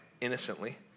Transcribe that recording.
innocently